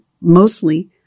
mostly